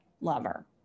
lover